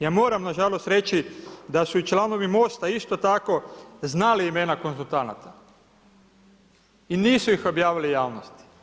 Ja moram nažalost reći da su i članovi MOST-a isto tako znali imena konzultanata i nisu ih objavili javnosti.